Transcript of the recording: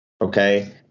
okay